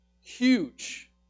huge